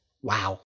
Wow